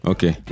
Okay